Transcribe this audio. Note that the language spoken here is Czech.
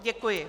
Děkuji.